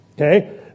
okay